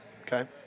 okay